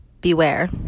beware